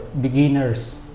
beginners